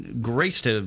graced